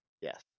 Yes